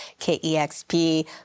KEXP